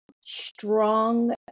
strong